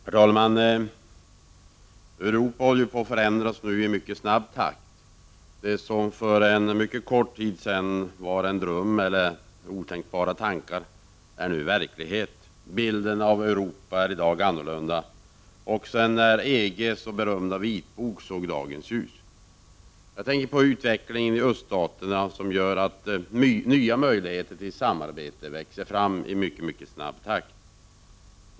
Herr talman! Europa håller ju på att förändras i mycket snabb takt. Det som för en mycket kort tid sedan var en dröm eller otänkbara tankar är nu verklighet. Bilden av Europa är alltså i dag annorlunda än t.ex. när EG:s så berömda vitbok såg dagens ljus. Jag tänker på utvecklingen i öststaterna, vilken gör att nya möjligheter till samarbete växer fram i mycket mycket snabb takt.